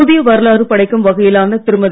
புதிய வரலாறு படைக்கும் வகையிலான திருமதி